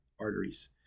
arteries